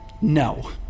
No